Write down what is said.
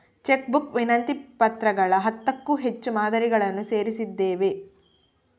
check book ವಿನಂತಿ ಪತ್ರಗಳ ಹತ್ತಕ್ಕೂ ಹೆಚ್ಚು ಮಾದರಿಗಳನ್ನು ಸೇರಿಸಿದ್ದೇವೆ